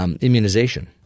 immunization